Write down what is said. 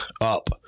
up